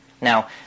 Now